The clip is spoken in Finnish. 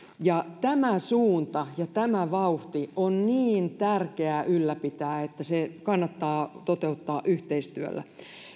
tämä suunta ja tämä vauhti on niin tärkeää ylläpitää että se kannattaa toteuttaa yhteistyöllä